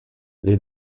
les